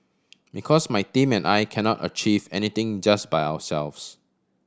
because my team and I cannot achieve anything just by ourselves